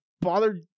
bother